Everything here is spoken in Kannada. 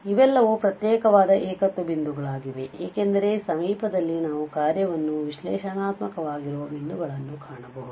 ಆದ್ದರಿಂದ ಇವೆಲ್ಲವೂ ಪ್ರತ್ಯೇಕವಾದ ಏಕತ್ವ ಬಿಂದುಗಳಾಗಿವೆ isolated singular points ಏಕೆಂದರೆ ಸಮೀಪದಲ್ಲಿ ನಾವು ಕಾರ್ಯವನ್ನು ವಿಶ್ಲೇಷಣಾತ್ಮಕವಾಗಿರುವ ಬಿಂದುಗಳನ್ನು ಕಾಣಬಹುದು